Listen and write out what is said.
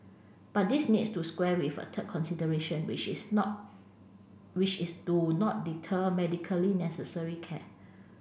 but this needs to square with a third consideration which is not which is to not deter medically necessary care